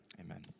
Amen